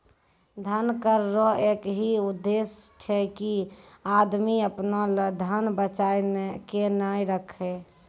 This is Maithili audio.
धन कर रो एक ही उद्देस छै की आदमी अपना लो धन बचाय के नै राखै